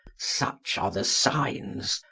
such are the signs,